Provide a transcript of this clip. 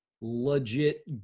legit